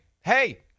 hey